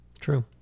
True